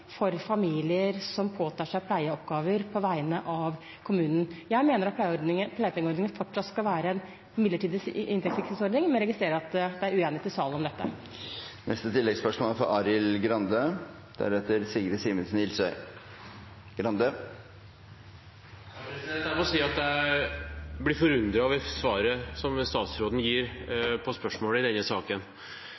for familier som påtar seg pleieoppgaver på vegne av kommunen. Jeg mener at pleiepengeordningen fortsatt skal være en midlertidig inntektssikringsordning, men jeg registrerer at det er uenighet i salen om dette. Arild Grande – til oppfølgingsspørsmål. Jeg må si at jeg blir forundret over svaret som statsråden gir